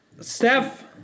Steph